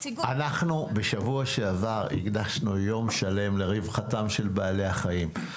בשבוע שעבר הקדשנו יום שלם לרווחתם של בעלי החיים,